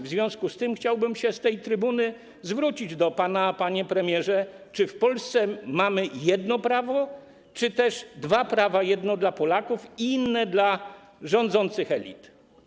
W związku z tym chciałbym się z tej trybuny zwrócić do pana, panie premierze, z pytaniem, czy w Polsce mamy jedno prawo, czy też dwa prawa: jedno dla Polaków i inne dla rządzących elit.